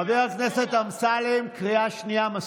חבר הכנסת אמסלם, קריאה שנייה.